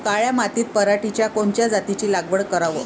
काळ्या मातीत पराटीच्या कोनच्या जातीची लागवड कराव?